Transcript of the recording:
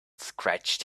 scratched